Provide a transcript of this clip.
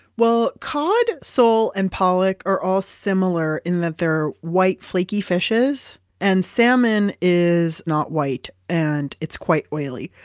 well cod, sole and pollock are all similar, in that they're white flaky fishes and salmon is not white, and it's quite oily.